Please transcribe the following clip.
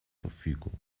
verfügung